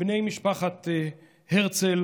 בני משפחת הרצל